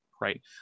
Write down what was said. right